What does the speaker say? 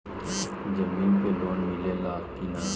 जमीन पे लोन मिले ला की ना?